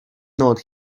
not